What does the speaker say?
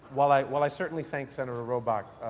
while i while i certainly thank senator ah robach,